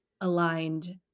aligned